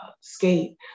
skate